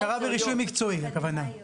הכרה ברישוי מקצועי, הכוונה.